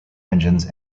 engines